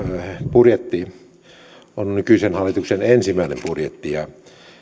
budjetti on nykyisen hallituksen ensimmäinen budjetti ja